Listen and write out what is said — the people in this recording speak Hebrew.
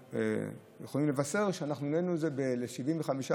יכולים לבשר שאנחנו העלינו זה ל-75%.